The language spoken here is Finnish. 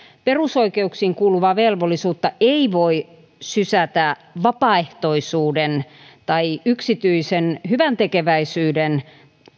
perusoikeuksiin kuuluvaa velvollisuutta ei voi sysätä vapaaehtoisuuden tai yksityisen hyväntekeväisyyden